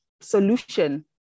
solution